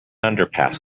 underpass